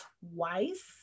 twice